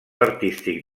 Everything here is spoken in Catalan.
artístic